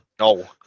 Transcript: No